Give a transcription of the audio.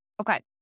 Okay